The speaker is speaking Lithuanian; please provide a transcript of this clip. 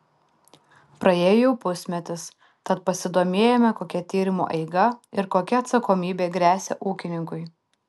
praėjo jau pusmetis tad pasidomėjome kokia tyrimo eiga ir kokia atsakomybė gresia ūkininkui